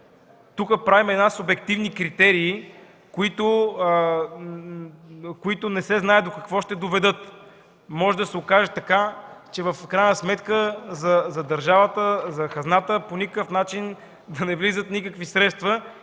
правим субективни критерии, които не се знае до какво ще доведат. Може да се окаже, че в крайна сметка в държавата и в хазната по никакъв начин не влизат никакви средства